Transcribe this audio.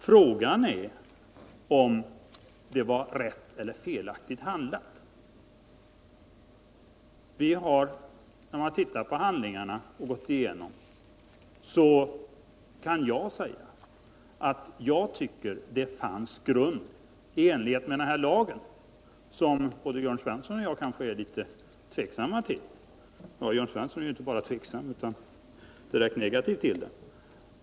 Frågan är om det var rätt eller felaktigt handlagt. Jag kan säga att jag, efter att ha gått igenom handlingarna, tycker att det fanns grund för beslutet, i enlighet med den här lagen som både Jörn Svensson och jag kanske är litet tveksamma till — Jörn Svensson är inte bara tveksam utan direkt negativ till den.